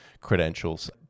credentials